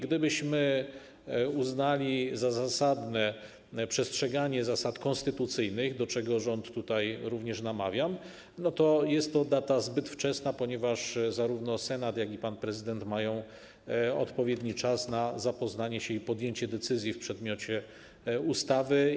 Gdybyśmy uznali za zasadne przestrzeganie zasad konstytucyjnych, do czego rząd tutaj również namawiam, to jest to data zbyt wczesna, ponieważ zarówno Senat, jak i pan prezydent mają odpowiedni czas na zapoznanie się i podjęcie decyzji w przedmiocie ustawy.